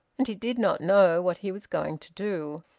and he did not know what he was going to do.